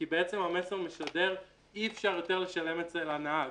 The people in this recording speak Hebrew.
כי בעצם המסר משדר אי אפשר יותר לשלם את זה לנהג.